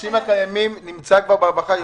לא, ה-50 הקיימים נמצא כבר ברווחה.